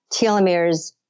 telomeres